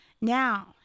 now